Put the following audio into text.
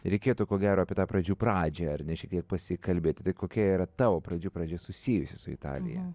reikėtų ko gero apie tą pradžių pradžią ar ne šiek tiek pasikalbėt tai kokia yra tavo pradžių pradžia susijusi su italija